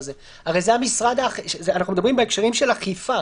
זה נראה לי מצחיק.